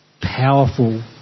powerful